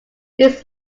its